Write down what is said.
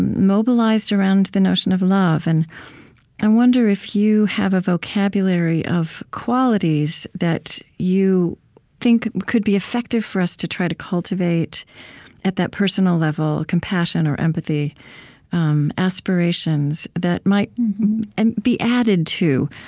mobilized around the notion of love. and i wonder if you have a vocabulary of qualities that you think could be effective for us to try to cultivate at that personal level, compassion, or empathy um aspirations that might and be added to,